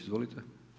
Izvolite.